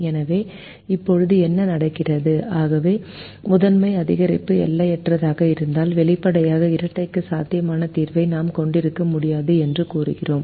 எனவே இப்போது என்ன நடக்கிறது ஆகவே முதன்மை அதிகரிப்பு எல்லையற்றதாக இருந்தால் வெளிப்படையாக இரட்டைக்கு சாத்தியமான தீர்வை நாம் கொண்டிருக்க முடியாது என்று கூறுவோம்